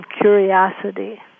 curiosity